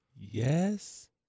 Yes